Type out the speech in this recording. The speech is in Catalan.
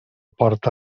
porta